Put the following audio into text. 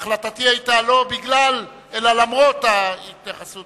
החלטתי היתה לא בגלל, אלא למרות ההתייחסות